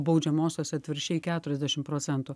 baudžiamosiose atvirkščiai keturiasdešim procentų